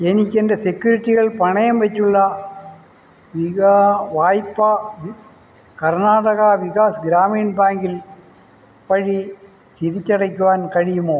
എനിക്ക് എൻ്റെ സെക്യൂരിറ്റികൾ പണയം വെച്ചുള്ള വായ്പ കർണ്ണാടക വികാസ് ഗ്രാമീൺ ബാങ്കിൽ വഴി തിരിച്ചടയ്ക്കുവാൻ കഴിയുമോ